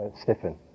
stiffen